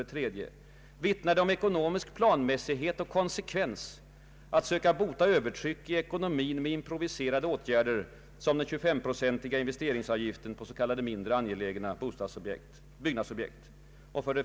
3) Vittnar det om ekonomisk planmässighet och konsekvens att söka bota övertryck i ekonomin med improviserade åtgärder som den 25-procentiga investeringsavgiften på s.k. mindre angelägna byggnadsobjekt?